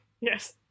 Yes